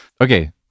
okay